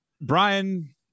Brian